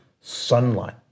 Sunlight